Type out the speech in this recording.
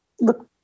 look